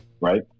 Right